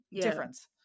difference